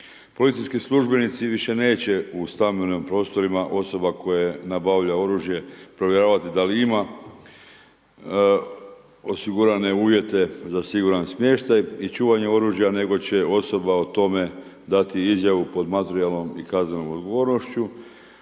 Policijski službenici više neće u stambenim prostorima osoba koje nabavlja oružje provjeravat da li ima osigurane uvjete za siguran smještaj i čuvanje oružje nego će osoba o tome dati izjavu pod materijalnom i kaznenom odgovornošću